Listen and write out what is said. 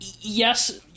Yes